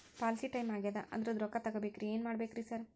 Policy time ಆಗ್ಯಾದ ಅದ್ರದು ರೊಕ್ಕ ತಗಬೇಕ್ರಿ ಏನ್ ಮಾಡ್ಬೇಕ್ ರಿ ಸಾರ್?